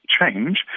change